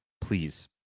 please